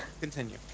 Continue